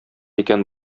икән